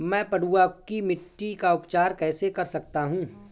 मैं पडुआ की मिट्टी का उपचार कैसे कर सकता हूँ?